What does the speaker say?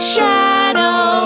Shadow